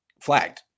flagged